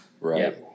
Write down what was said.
Right